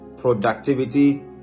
Productivity